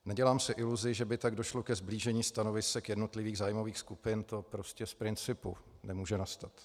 Nedělám si iluzi, že by tak došlo ke sblížení stanovisek jednotlivých zájmových skupin, to prostě z principu nemůže nastat.